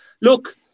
Look